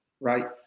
right